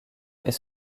est